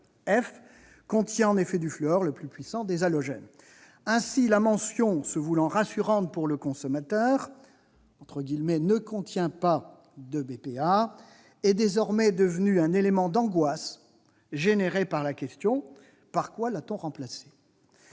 F contient en effet du fluor, le plus puissant des halogènes ! Ainsi, la mention se voulant rassurante pour le consommateur « Ne contient pas de BPA », est désormais devenue un élément d'angoisse lié à la question :« Par quoi le BPA a-t-il été remplacé ?»